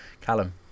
Callum